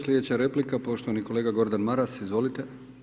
Sljedeća replika, poštovani kolega Gordan Maras, izvolite.